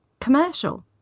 commercial